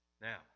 Now